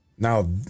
Now